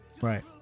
right